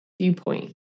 viewpoint